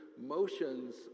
motions